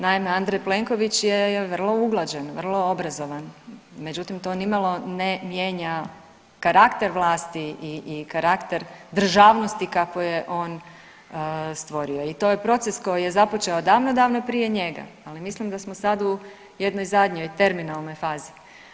Naime, Andrej Plenković je vrlo uglađen, vrlo obrazovan, međutim to nimalo ne mijenja karakter vlasti i karakter državnosti kakvu je on stvorio i to je proces koji je započeo davno davno prije njega, ali mislim da smo sad u jednoj zadnjoj terminalnoj fazi.